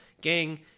Gang